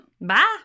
Bye